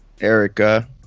Erica